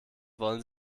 wollen